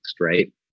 right